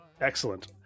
Excellent